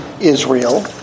Israel